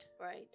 Right